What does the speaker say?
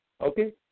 Okay